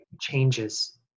changes